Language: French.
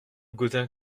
gaudin